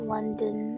London